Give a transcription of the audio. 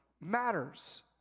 matters